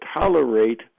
tolerate